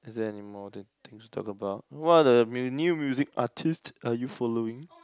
is there any more that things to talk about what are the new new music artist are you following